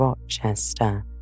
Rochester